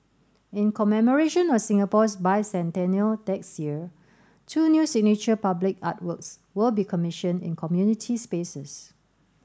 in commemoration of Singapore's Bicentennial next year two new signature public artworks will be commissioned in community spaces